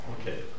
Okay